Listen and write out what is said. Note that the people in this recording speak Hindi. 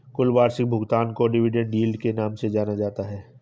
कुल वार्षिक भुगतान को डिविडेन्ड यील्ड के नाम से भी जाना जाता है